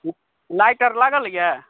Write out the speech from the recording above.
light आर लागल यऽ